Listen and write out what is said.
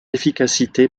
efficacité